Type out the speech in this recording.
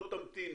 לא תמתין